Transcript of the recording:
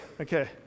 Okay